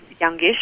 youngish